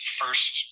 first